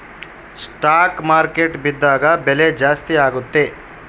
stock market ಬಿದ್ದಾಗ ಬೆಲೆ ಜಾಸ್ತಿ ಆಗುತ್ತೆ